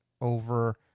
over